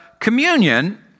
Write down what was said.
Communion